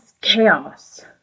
chaos